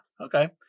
Okay